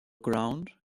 ground